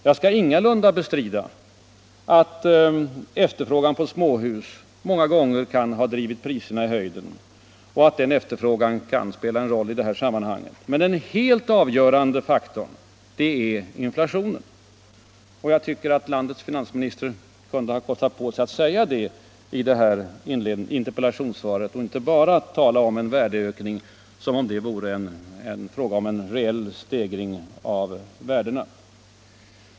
Jag skall ingalunda bestrida att efterfrågan på småhus många gånger kan ha drivit priserna i höjden och att den efterfrågan kan spela en roll i detta sammanhang, men den helt avgörande faktorn är inflationen. Jag tycker att landets finansminister kunde ha kostat på sig att säga det i detta interpellationssvar och inte bara tala om en värdeökning, som om det vore fråga om en reell stegring av värdena.